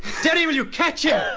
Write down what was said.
derry, will you catch yeah